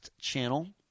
channel